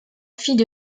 fille